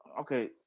Okay